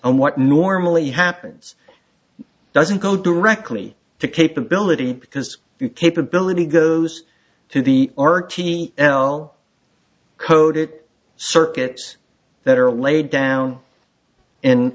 and what normally happens doesn't go directly to capability because you capability goes to the ark t l code it circuits that are laid down in